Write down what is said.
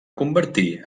convertir